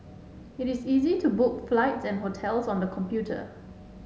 it is easy to book flights and hotels on the computer